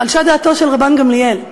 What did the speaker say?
חלשה דעתו של רבן גמליאל,